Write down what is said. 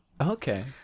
Okay